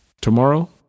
Tomorrow